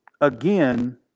again